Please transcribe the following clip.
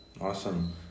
Awesome